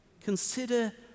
Consider